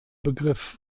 begriff